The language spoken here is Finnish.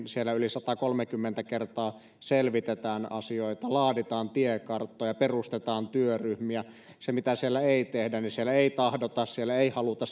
siellä yli satakolmekymmentä kertaa selvitetään asioita laaditaan tiekarttoja perustetaan työryhmiä mitä siellä ei tehdä siellä ei tahdota siellä ei haluta